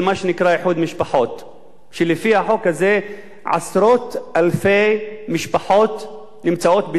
כשלפי החוק הזה עשרות אלפי משפחות נמצאות בסכנת קריסה מוחלטת.